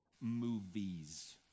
movies